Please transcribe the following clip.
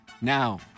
Now